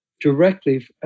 directly